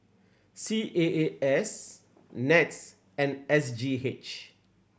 C A A S NETS and S G H